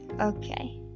okay